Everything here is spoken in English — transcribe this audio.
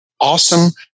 awesome